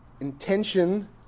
intention